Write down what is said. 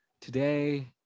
today